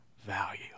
value